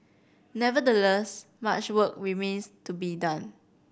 nevertheless much work remains to be done